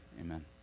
amen